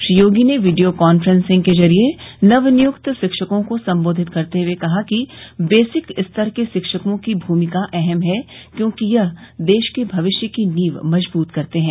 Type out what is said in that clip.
श्री योगी ने video conferencing के ज़रिये नवनियुक्त शिक्षकों को संबोधित करते हए कहा कि बेसिक स्तर के शिक्षकों की भूमिका अहम है क्योंकि यह देश के भविष्य की नींव मजबूत करते हैं